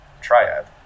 Triad